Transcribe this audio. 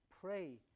Pray